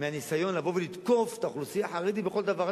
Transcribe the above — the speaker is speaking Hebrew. לבוא ולתקוף את האוכלוסייה החרדית בכל דבר.